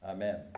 Amen